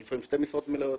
לפעמים זה שתי משרות מלאות,